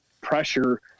pressure